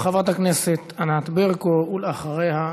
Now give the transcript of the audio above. חברת הכנסת ענת ברקו, ואחריה,